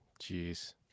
Jeez